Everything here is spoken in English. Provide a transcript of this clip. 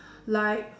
like